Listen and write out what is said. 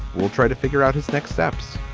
we'll try to figure out his next steps